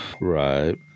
Right